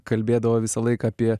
kalbėdavo visą laiką apie